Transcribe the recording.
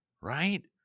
right